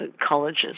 colleges